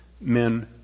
Men